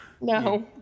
No